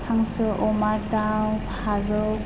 हांसो अमा दाउ फारौ